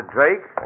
Drake